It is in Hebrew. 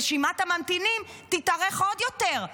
רשימת הממתינים תתארך עוד יותר.